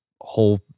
whole